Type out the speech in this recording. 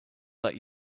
let